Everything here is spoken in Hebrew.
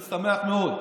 אני שמח מאוד.